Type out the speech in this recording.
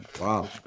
Wow